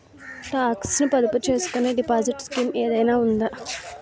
Talks ను పొదుపు చేసుకునే డిపాజిట్ స్కీం ఏదైనా ఉందా?